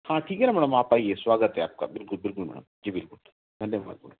हाँ ठीक है ना मैडम आप आइए स्वागत है आपका बिलकुल बिलकुल मैडम जी बिलकुल धन्यवाद